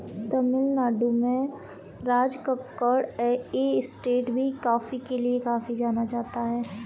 तमिल नाडु में राजकक्कड़ एस्टेट भी कॉफी के लिए काफी जाना जाता है